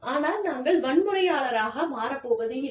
ஆனால் நாங்கள் வன்முறையாளர்களாக மாறப் போவதில்லை